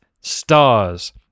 stars